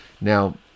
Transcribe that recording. Now